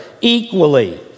equally